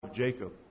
Jacob